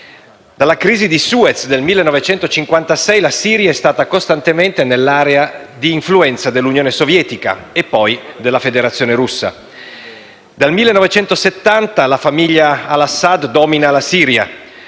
Dalla Crisi di Suez del 1956, la Siria è stata costantemente nell'area di influenza dell'Unione Sovietica e poi della Federazione Russa. Dal 1970 la famiglia al-Assad domina la Siria,